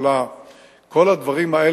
כל הדברים האלה,